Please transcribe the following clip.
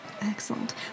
Excellent